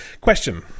Question